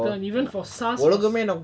lock down even for SARS was